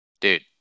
Dude